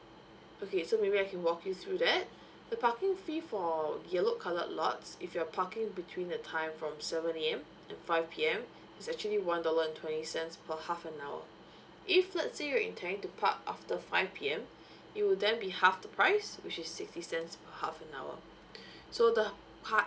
okay so maybe I can walk you through that the parking fee for yellow colored lots if you're parking between the time from seven A_M and five P_M it's actually one dollar and twenty cents per half an hour if let's say you're intending to park after five P_M it'll then be half the price which is sixty cents per half an hour so the par~